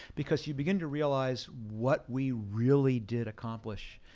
because you begin to realize what we really did accomplish,